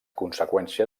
conseqüència